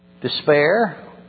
despair